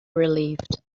relieved